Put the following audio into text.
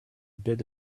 bit